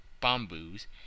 bamboos